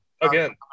again